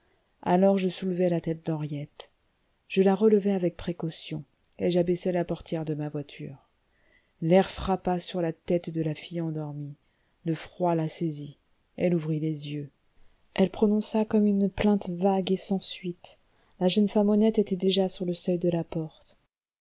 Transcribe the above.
alors je soulevai la tête d'henriette je la relevai avec précaution et j'abaissai la portière de ma voiture l'air frappa sur la tête de la fille endormie le froid la saisit elle ouvrit les yeux elle prononça comme une plainte vague et sans suite la jeune femme honnête était déjà sur le seuil de la porte